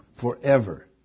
Forever